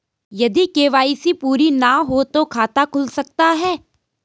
यदि के.वाई.सी पूरी ना हो तो खाता खुल सकता है?